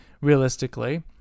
realistically